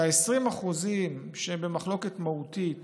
שה-20% שהם במחלוקת מהותית